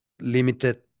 limited